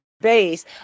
base